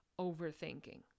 overthinking